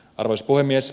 arvoisa puhemies